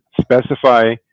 specify